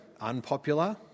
unpopular